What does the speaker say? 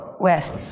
West